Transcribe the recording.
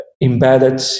embedded